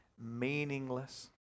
meaningless